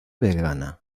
vegana